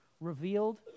revealed